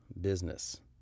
business